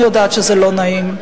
אני יודעת שזה לא נעים,